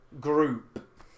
group